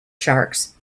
sharks